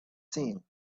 seen